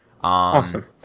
Awesome